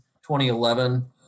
2011